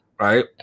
Right